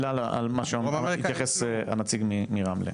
מילה על מה שהתייחס הנציג מרמלה.